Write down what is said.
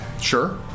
Sure